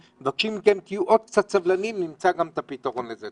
מבקשים מכם שתהיו עוד קצת סבלניים ונמצא את הפתרון גם לזה.